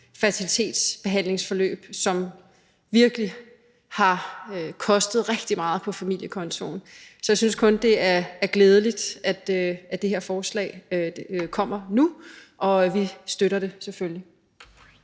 fertilitetsbehandlingsforløb, som virkelig har kostet rigtig meget på familiekontoen. Så jeg synes kun, det er glædeligt, at det her forslag kommer nu, og vi støtter det selvfølgelig.